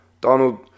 Donald